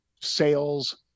sales